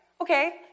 okay